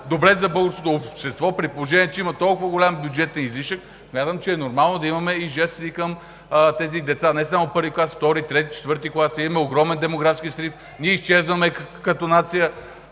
добри за българското общество. При положение че има толкова голям бюджетен излишък, смятам, че е нормално да имаме жест и към тези деца – не само в І клас, ІІ, ІІІ, ІV клас. Имаме огромен демографски срив – ние изчезваме като нация.